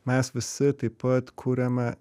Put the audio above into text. mes visi taip pat kuriame